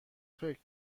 فکر